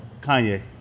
kanye